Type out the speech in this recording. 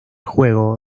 juego